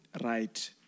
right